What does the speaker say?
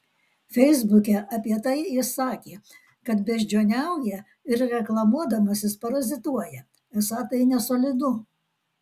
feisbuke apie tai jis sakė kad beždžioniauja ir reklamuodamasis parazituoja esą tai nesolidu